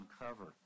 uncovered